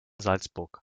salzburg